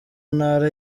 ntara